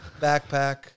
backpack